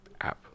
app